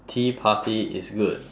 tea party is good